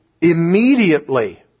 immediately